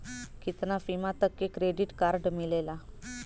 कितना सीमा तक के क्रेडिट कार्ड मिलेला?